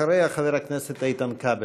אחריה, חבר הכנסת איתן כבל.